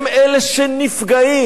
הם אלה שנפגעים.